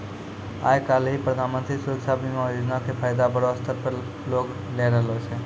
आइ काल्हि प्रधानमन्त्री सुरक्षा बीमा योजना के फायदा बड़ो स्तर पे लोग लै रहलो छै